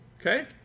Okay